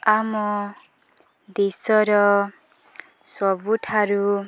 ଆମ ଦେଶର ସବୁଠାରୁ